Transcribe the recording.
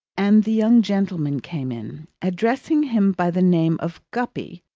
and the young gentleman came in. addressing him by the name of guppy,